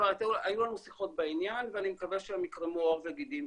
היו לנו שיחות בעניין ואני מקווה שהיא תקרום עור וגידים,